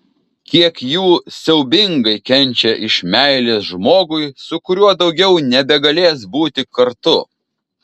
kiek jų siaubingai kenčia iš meilės žmogui su kuriuo daugiau nebegalės būti kartu